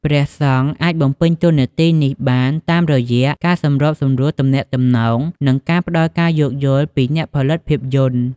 ព្រះសង្ឃអាចបំពេញតួនាទីនេះបានតាមរយៈ ការសម្របសម្រួលទំនាក់ទំនង និងការផ្ដល់ការយោគយល់ពីអ្នកផលិតភាពយន្ត។